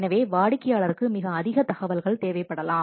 எனவே வாடிக்கையாளருக்கு மிக அதிக தகவல்கள் தேவைப்படலாம்